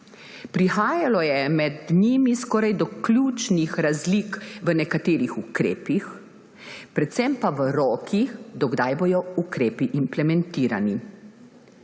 prihajalo skoraj do ključnih razlik v nekaterih ukrepih, predvsem pa v rokih, do kdaj bodo ukrepi implementirani.